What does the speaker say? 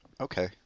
Okay